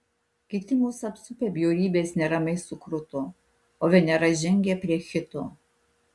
kiti mus apsupę bjaurybės neramiai sukruto o venera žengė prie hito